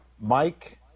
Mike